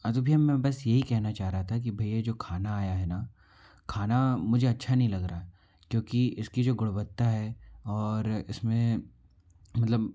हाँ तो भैया मैं बस यही कहेना चाह रा था कि भैया जो खाना आया है ना खाना मुझे अच्छा नहीं लग रहा क्योंकि इसकी जो गुणवत्ता है और इस में मतलब